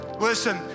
listen